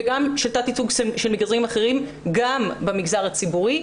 וגם תת-ייצוג של מגזרים אחרים במגזר הציבורי.